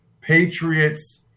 Patriots